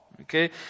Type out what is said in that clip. Okay